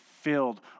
filled